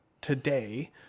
today